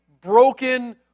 broken